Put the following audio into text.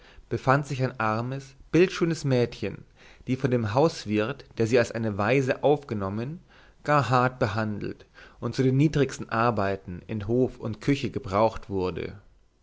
befand sich ein armes bildschönes mädchen die von dem hauswirt der sie als eine waise aufgenommen gar hart behandelt und zu den niedrigsten arbeiten in hof und küche gebraucht wurde